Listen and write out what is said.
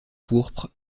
pourpre